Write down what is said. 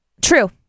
True